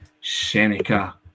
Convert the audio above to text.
seneca